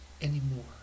anymore